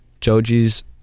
Joji's